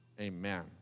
Amen